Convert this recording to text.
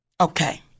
Okay